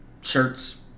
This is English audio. shirts